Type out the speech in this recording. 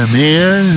man